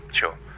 sure